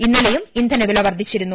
ഇന്നലെയും ഇന്ധനവില വർധിച്ചിരുന്നു